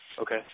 Okay